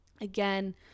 again